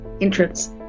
Entrance